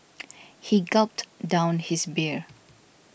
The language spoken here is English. he gulped down his beer